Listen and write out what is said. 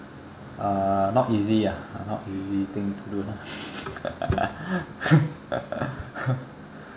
uh not easy ah not easy thing to do lah